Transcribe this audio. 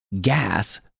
gas